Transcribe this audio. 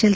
L